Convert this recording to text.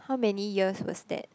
how many years was that